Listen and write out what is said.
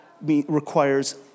requires